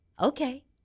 okay